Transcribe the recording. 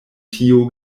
tiu